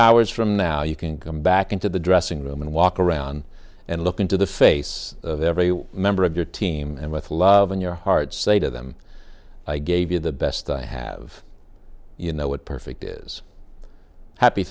hours from now you can come back into the dressing room and walk around and look into the face of every member of your team and with love in your heart say to them i gave you the best i have you know what perfect is happy